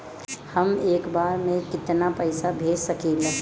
हम एक बार में केतना पैसा भेज सकिला?